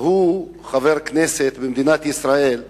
והוא חבר כנסת במדינת ישראל,